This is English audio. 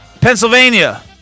Pennsylvania